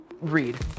read